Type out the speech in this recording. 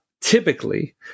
typically